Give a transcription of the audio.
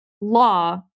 law